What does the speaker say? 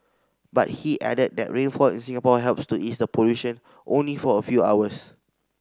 but he added that rainfall in Singapore helps to ease the pollution only for a few hours